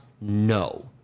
No